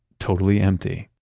totally empty.